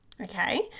Okay